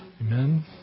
Amen